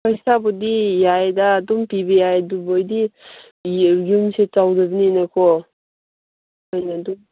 ꯄꯩꯁꯥꯕꯨꯗꯤ ꯌꯥꯏꯗ ꯑꯗꯨꯝ ꯄꯤꯕ ꯌꯥꯏꯗ ꯑꯗꯨꯕꯨ ꯑꯣꯏꯗꯤ ꯌꯨꯝꯁꯨ ꯆꯥꯎꯗꯕꯅꯤꯅꯀꯣ